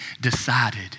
decided